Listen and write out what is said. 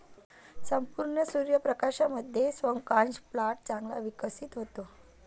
संपूर्ण सूर्य प्रकाशामध्ये स्क्वॅश प्लांट चांगला विकसित होतो